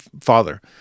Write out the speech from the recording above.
father